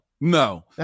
no